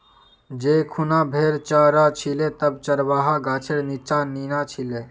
जै खूना भेड़ च र छिले तब चरवाहा गाछेर नीच्चा नीना छिले